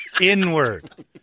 Inward